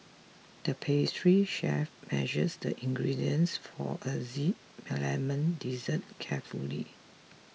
the pastry chef measured the ingredients for a Z Lemon Dessert carefully